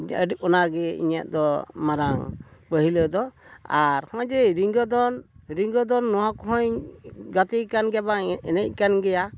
ᱟᱹᱰᱤ ᱚᱱᱟ ᱜᱮ ᱤᱧᱟᱹᱜ ᱫᱚ ᱢᱟᱨᱟᱝ ᱯᱟᱹᱦᱤᱞᱟᱹ ᱫᱚ ᱟᱨ ᱦᱚᱸᱜᱼᱚᱭ ᱡᱮ ᱨᱤᱡᱷᱟᱹ ᱫᱚᱱ ᱨᱤᱡᱷᱟᱹ ᱫᱚᱱ ᱱᱚᱣᱟ ᱠᱚᱦᱚᱸᱧ ᱜᱟᱛᱮ ᱠᱟᱱ ᱜᱮᱭᱟ ᱵᱟᱝ ᱮᱱᱮᱡ ᱠᱟᱱ ᱜᱮᱭᱟ